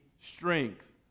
strength